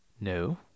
No